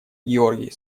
георгий